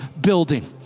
building